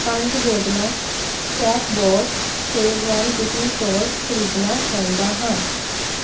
ਪੰਜ ਬੋਤਲਾਂ chef boss schezwan cooking sauce ਖ਼ਰੀਦਣਾ ਚਾਹੁੰਦਾ ਹਾਂ